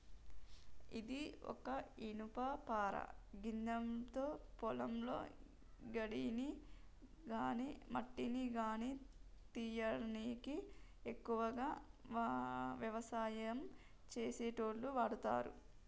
ఇది ఒక ఇనుపపార గిదాంతో పొలంలో గడ్డిని గాని మట్టిని గానీ తీయనీకి ఎక్కువగా వ్యవసాయం చేసేటోళ్లు వాడతరు